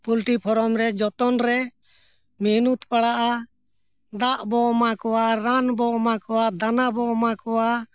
poultry farm ᱨᱮ ᱡᱚᱛᱚᱱ ᱨᱮ ᱢᱮᱦᱱᱩᱛ ᱯᱟᱲᱟᱜᱼᱟ ᱫᱟᱜ ᱵᱚᱱ ᱮᱢᱟ ᱠᱚᱣᱟ ᱨᱟᱱ ᱵᱚᱱ ᱮᱢᱟ ᱠᱚᱣᱟ ᱫᱟᱱᱟ ᱵᱚᱱ ᱮᱢᱟ ᱠᱚᱣᱟ